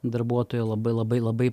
darbuotojo labai labai labai